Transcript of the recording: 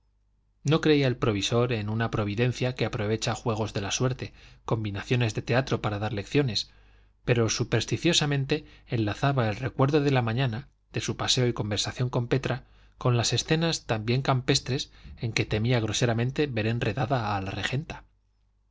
no creía el provisor en una providencia que aprovecha juegos de la suerte combinaciones de teatro para dar lecciones pero supersticiosamente enlazaba el recuerdo de la mañana de su paseo y conversación con petra con las escenas también campestres en que temía groseramente ver enredada a